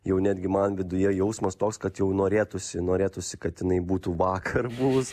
jau netgi man viduje jausmas toks kad jau norėtųsi norėtųsi kad jinai būtų vakar buvus